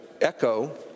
echo